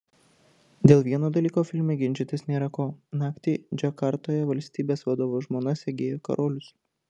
dėl vieno dalyko filme ginčytis nėra ko naktį džakartoje valstybės vadovo žmona segėjo karolius